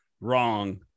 wrong